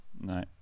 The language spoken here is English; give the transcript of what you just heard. No